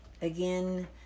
Again